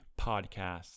Podcast